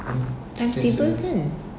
timetable kan